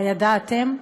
הידעתם?